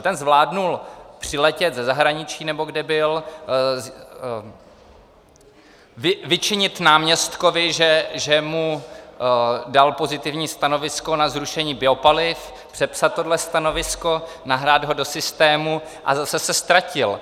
Ten zvládl přiletět ze zahraničí, nebo kde byl, vyčinit náměstkovi, že mu dal pozitivní stanovisko na zrušení biopaliv, přepsat tohle stanovisko, nahrát ho do systému a zase se ztratil.